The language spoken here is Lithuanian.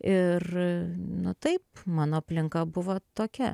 ir nu taip mano aplinka buvo tokia